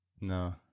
No